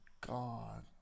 God